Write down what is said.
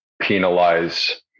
penalize